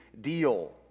deal